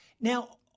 Now